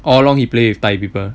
all along he play with thai people